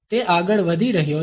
તે આગળ વધી રહ્યો છે